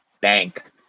bank